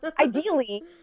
Ideally